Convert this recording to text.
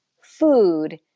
food